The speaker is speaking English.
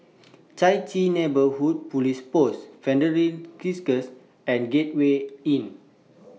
Chai Chee Neighbourhood Police Post Fidelio Circus and Gateway Inn